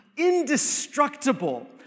indestructible